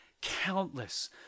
countless